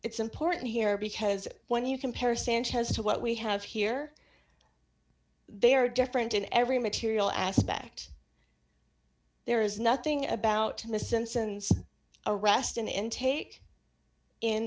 it's important here because when you compare sanchez to what we have here they are different in every material aspect there is nothing about in this instance arrest an intake in